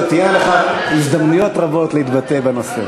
שעוד תהיינה לך הזדמנויות רבות להתבטא בנושא.